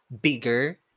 Bigger